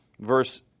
Verse